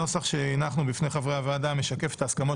הנוסח שהנחנו בפני חברי הוועדה משקף את ההסכמות